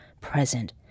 present